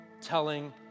telling